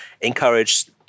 encourage